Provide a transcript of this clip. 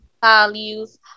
values